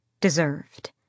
Deserved